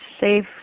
safe